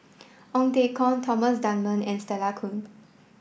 Ong Teng Koon Thomas Dunman and Stella Kon